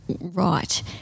right